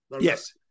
Yes